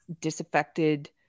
disaffected